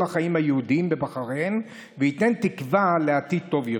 החיים היהודיים בבחריין וייתן תקווה לעתיד טוב יותר.